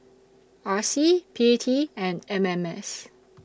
R C P T and M M S